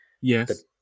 Yes